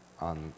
on